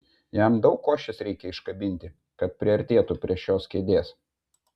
jam daug košės reikia iškabinti kad priartėtų prie šios kėdės